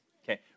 Okay